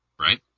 right